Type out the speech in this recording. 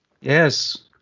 Yes